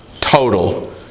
total